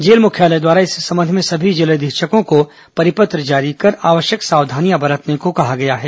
jail मुख्यालय द्वारा इस संबंध में सभी जेल अधीक्षकों को परिपत्र जारी कर आवश्यक सावधानियां बरतने को कहा गया है